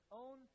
own